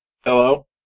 Hello